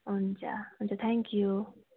हुन्छ हुन्छ thank you